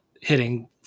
hitting